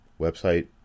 website